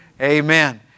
Amen